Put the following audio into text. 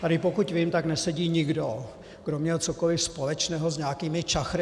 Tady, pokud vím, tak nesedí nikdo, kdo měl cokoliv společného s nějakými čachry.